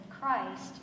Christ